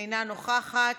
אינה נוכחת,